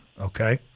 okay